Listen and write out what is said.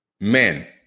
men